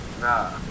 Nah